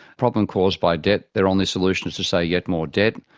problem caused by debt, their only solution is to say yet more debt.